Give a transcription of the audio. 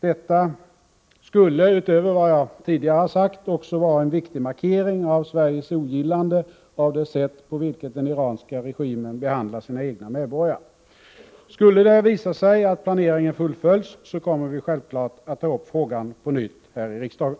Detta skulle utöver vad jag tidigare sagt också vara en viktig markering av Sveriges ogillande av det sätt på vilket den iranska regimen behandlar sina egna medborgare. Skulle det visa sig att planeringen fullföljs kommer vi självfallet att ta upp frågan på nytt här i riksdagen.